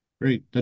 Great